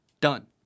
Done